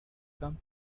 come